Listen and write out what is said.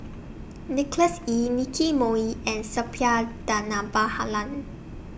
Nicholas Ee Nicky Moey and Suppiah